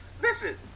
Listen